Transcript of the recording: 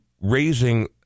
raising